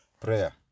prayer